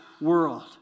world